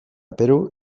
peru